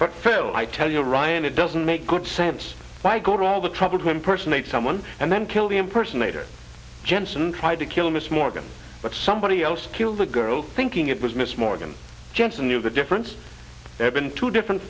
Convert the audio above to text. but fail i tell you ryan it doesn't make good sense if i go to all the trouble to impersonate someone and then kill the impersonator jensen tried to kill mr morgan but somebody else killed the girl thinking it was miss morgan jensen knew the difference had been two different